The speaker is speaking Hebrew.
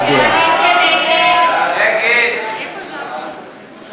הצעת סיעת המחנה הציוני להביע